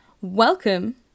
Welcome